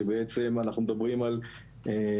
שבעצם אנחנו מדברים על התקשרויות,